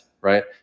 right